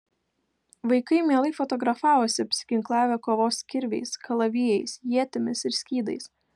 vaikai mielai fotografavosi apsiginklavę kovos kirviais kalavijais ietimis ir skydais